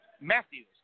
Matthews